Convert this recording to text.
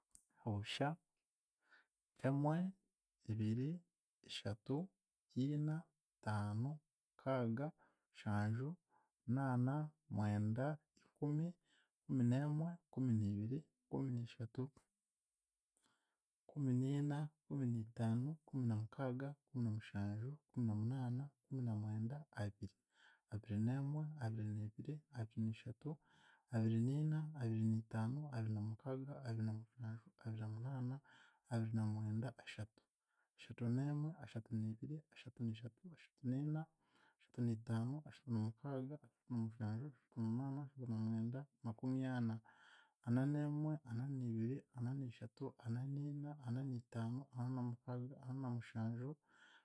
Obusha, Emwe, Ibiri, Ishatu, Ina, Itaano, Mukaaga, Mushanju, Munaana, Mwenda, Ikumi, Kumineemwe, Kumuniibiri, Kuminiishatu, Kuminiina, Kumuniitaano, Kuminamukaaga, Kuminamushanju, Kuminamunaana, Kuminamwenda, Abiri, Abirinemwe, Abiriniibiri, Abiriniishatu, Abiriniina, Abiriniitaano, Abirinamukaaga, Abirinamushanju, Abirinamunaana, Abirinamwenda, Ashatu, Ashatuneemwe, Ashatuniibiri, Ashatuniishatu, Ashatuniina, Ashatunitaano, Ashatunamukaaga, Ashatunamushanju, Ashatunamunaana, Ashatunamwenda, Makumyana, Ananeemwe, Ananiibiri, Ananiishatu, Ananiina, Ananiitaano, Ananamukaaga, Ananamushanju